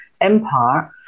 Empire